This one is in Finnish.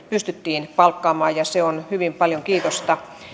pystyttiin palkkaamaan ja se on hyvin paljon kiitosta